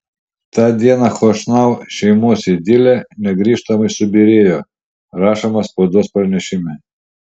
tą dieną chošnau šeimos idilė negrįžtamai subyrėjo rašoma spaudos pranešime